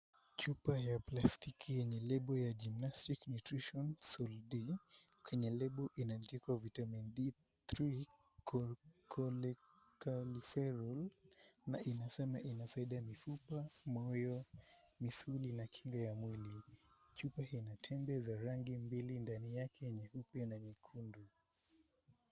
Chupa ya plastiki yenye lebo ya GINNASTIC NUTRITION Sol-D, kwenye lebo imeandikwa Vitamin D Cholecalciferol na inasema inasaidia mifupa, moyo, misuli na kinga ya mwili. Chupa hii ina tembe za rangi mbili ndani yake ya nyeupe na nyekundu.